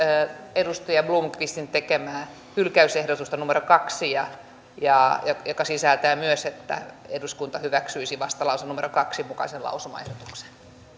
edustaja blomqvistin tekemää hylkäysehdotusta kaksi joka sisältää myös sen että eduskunta hyväksyisi vastalauseen kahden mukaisen lausumaehdotuksen